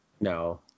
No